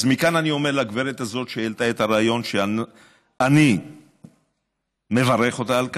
אז מכאן אני אומר לגברת הזאת שהעלתה את הרעיון שאני מברך אותה על כך.